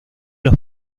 los